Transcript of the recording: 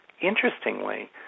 Interestingly